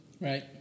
Right